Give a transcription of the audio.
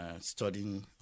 studying